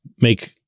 make